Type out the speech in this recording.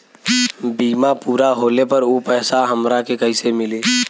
बीमा पूरा होले पर उ पैसा हमरा के कईसे मिली?